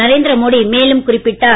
நரேந்திர மோடி மேலும் குறிப்பிட்டார்